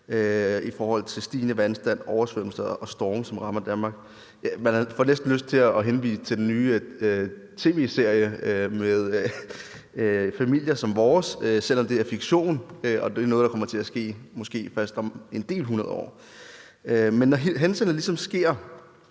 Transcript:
i forhold til stigende vandstand, oversvømmelser og storme, som rammer Danmark. Man får også næsten lyst til at henvise til den nye tv-serie »Familier som vores«, selv om det er fiktion, og selv om det er noget, der måske først kommer til at ske om flere hundrede år. Når hændelserne ligesom sker,